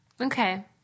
Okay